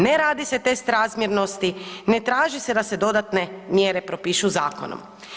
Ne radi se test razmjernosti, ne traži se da se dodatne mjere propišu zakonom.